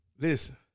listen